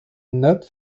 not